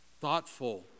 thoughtful